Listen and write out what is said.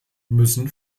müssen